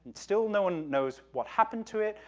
still, no one knows what happened to it,